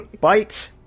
bite